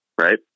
right